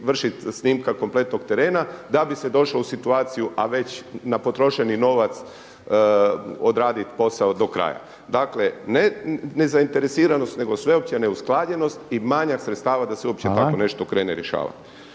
vršit snimka kompletnog terena da bi se došlo u situaciju, a već na potrošeni novac odradit posao do kraja. Dakle, ne nezainteresiranost nego sveopća neusklađenost i manjak sredstava da se uopće tako nešto krene rješavati.